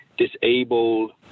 Disabled